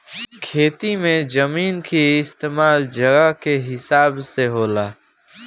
खेती मे जमीन के इस्तमाल जगह के हिसाब से होला